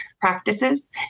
practices